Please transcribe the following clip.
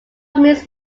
means